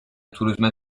turizme